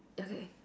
okay